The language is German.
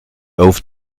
auf